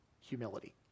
Humility